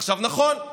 עכשיו, נכון,